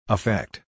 Effect